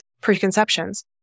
preconceptions